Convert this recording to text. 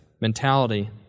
mentality